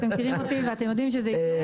אתם מכירים אותי ויודעים שזה יקרה.